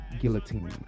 guillotine